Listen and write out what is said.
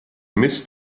miss